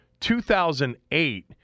2008